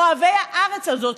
אוהבי הארץ הזאת,